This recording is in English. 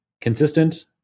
consistent